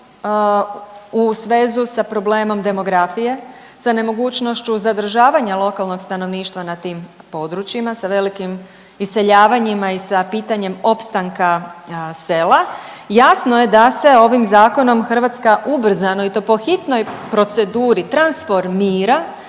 u svezu sa problemom demografije, sa nemogućnošću zadržavanja lokalnog stanovništva na tim područjima sa velikim iseljavanjima i sa pitanjem opstanka sela, jasno je da se ovim zakonom Hrvatska ubrzano i to po hitnoj proceduri transformira